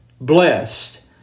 blessed